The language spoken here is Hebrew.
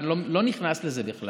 אני לא נכנס לזה בכלל.